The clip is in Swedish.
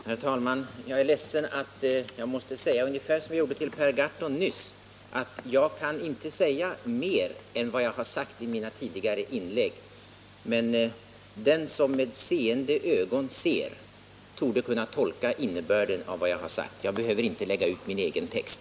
Herr talman! Jag är ledsen att jag måste påpeka, ungefär som jag gjorde för Per Gahrton nyss, att jag inte kan säga mer än vad jag har anfört i mina tidigare inlägg. Men den som med seende ögon ser torde kunna tolka innebörden av vad jag har sagt. Jag behöver inte lägga ut min egen text.